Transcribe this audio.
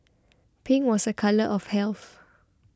pink was a colour of health